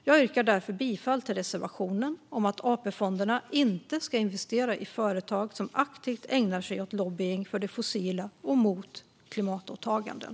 Jag yrkar därför bifall till reservationen om att AP-fonderna inte ska investera i företag som aktivt ägnar sig åt lobbying för det fossila och mot klimatåtaganden.